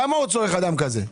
כמה צורך אדם כזה?